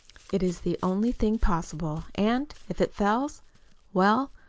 it is the only thing possible, and, if it fails well,